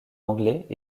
anglais